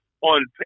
on